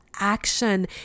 action